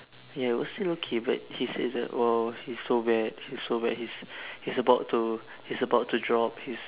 ya it was still okay but he say is like oh he's so bad he's so bad he's he's about to he's about to drop he's